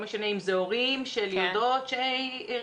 לא משנה אם זה הורים של יולדות שהרחיבו